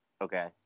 okay